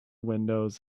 windows